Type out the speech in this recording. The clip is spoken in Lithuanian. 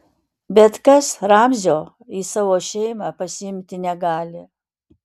bet kas ramzio į savo šeimą pasiimti negali